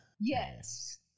yes